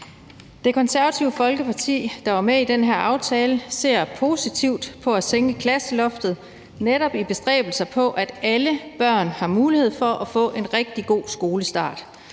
Det Konservative Folkeparti, der er med i den her aftale, ser positivt på at sænke klasseloftet netop i bestræbelser på, at alle børn har mulighed for at få en rigtig god skolestart,